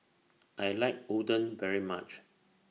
I like Oden very much